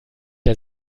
der